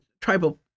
tribal